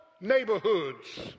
neighborhoods